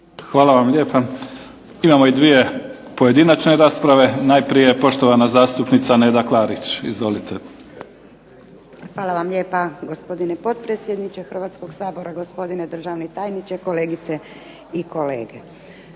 Hvala vam lijepa. Imamo i dvije pojedinačne rasprave. Najprije poštovana zastupnica Neda Klarić. Izvolite. **Klarić, Nedjeljka (HDZ)** Hvala vam lijepa, gospodine potpredsjedniče Hrvatskoga sabora. Gospodine državni tajniče, kolegice i kolege.